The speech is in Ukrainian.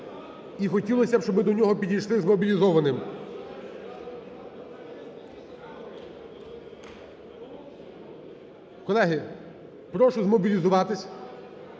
і хотілося б, щоб ми до нього підійшли змобілізованими. Колеги, прошу змобілізуватись,